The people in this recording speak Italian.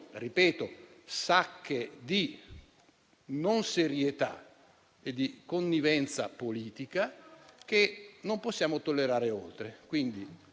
ci sono sacche di non serietà e di connivenza politica che non possiamo tollerare oltre.